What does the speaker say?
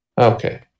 Okay